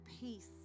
peace